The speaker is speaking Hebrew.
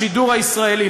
השידור הישראלי.